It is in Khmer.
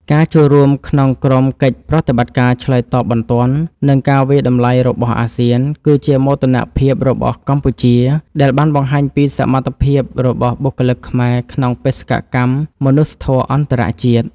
ការចូលរួមក្នុងក្រុមកិច្ចប្រតិបត្តិការឆ្លើយតបបន្ទាន់ និងការវាយតម្លៃរបស់អាស៊ាន គឺជាមោទនភាពរបស់កម្ពុជាដែលបានបង្ហាញពីសមត្ថភាពរបស់បុគ្គលិកខ្មែរក្នុងបេសកកម្មមនុស្សធម៌អន្តរជាតិ។